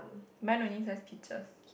mine only says peaches